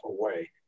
away